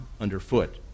underfoot